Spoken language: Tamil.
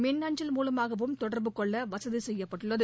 மின் அஞ்சல் மூலமாகவும் தொடர்பு கொள்ள வசதி செய்யப்பட்டுள்ளது